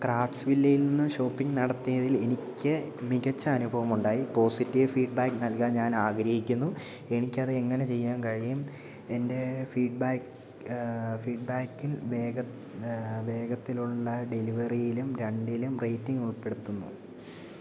ക്രാഫ്റ്റ്സ്വില്ലയിൽ നിന്ന് ഷോപ്പിംഗ് നടത്തിയതിൽ എനിക്ക് മികച്ച അനുഭവമുണ്ടായി പോസിറ്റീവ് ഫീഡ്ബാക്ക് നൽകാൻ ഞാൻ ആഗ്രഹിക്കുന്നു എനിക്ക് അത് എങ്ങനെ ചെയ്യാൻ കഴിയും എൻ്റെ ഫീഡ്ബാക്ക് ഫീഡ്ബാക്കിൽ വേഗ വേഗത്തിലുള്ള ഡെലിവറിയിലും രണ്ടിലും റേറ്റിംഗ് ഉൾപ്പെടുത്തുന്നു